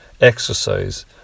exercise